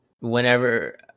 whenever